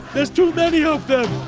there's too many of them.